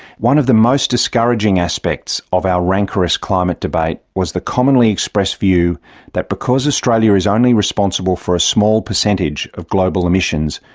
one of the most discouraging aspects of our rancorous climate debate was the commonly expressed view that because australia is only responsible for a small percentage of global emissions,